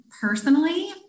personally